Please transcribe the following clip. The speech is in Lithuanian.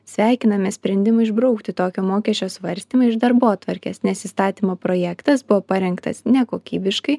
sveikiname sprendimą išbraukti tokio mokesčio svarstymą iš darbotvarkės nes įstatymo projektas buvo parengtas nekokybiškai